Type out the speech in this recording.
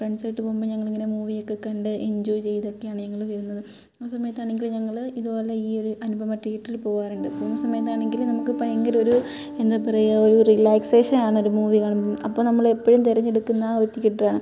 ഫ്രണ്ട്സായിട്ട് പോകുമ്പോൾ ഞങ്ങൾ ഇങ്ങനെ മൂവിയൊക്കെ കണ്ട് എൻജോയ് ചെയ്തൊക്കെയാണ് ഞങ്ങൾ വരുന്നത് ആ സമയത്താണെങ്കിൽ ഞങ്ങൾ ഇത്പോലെ ഈ ഒരു അനുപമ തീയേറ്ററിൽ പോകാറുണ്ട് പോകുന്ന സമയത്താണെങ്കിൽ നമുക്ക് ഭയങ്കരൊരു എന്താ പറയാ ഒരു റിലാക്സേഷനാണ് ഒരു മൂവി കാണുമ്പോൾ അപ്പോൾ നമ്മൾ എപ്പോഴും തിരഞ്ഞെടുക്കുന്ന ഒരു തീയേറ്ററാണ്